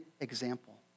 example